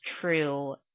true